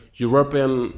European